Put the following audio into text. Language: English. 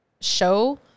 show